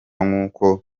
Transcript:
nk’uko